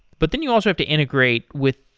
but then you also have to integrate with,